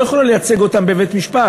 לא יכולה לייצג אותן בבית-המשפט.